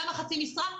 למה חצי משרה?